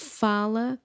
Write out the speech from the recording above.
fala